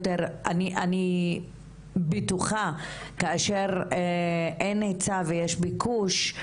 אני בטוחה שכאשר אין היצע ויש ביקוש,